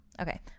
Okay